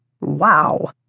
Wow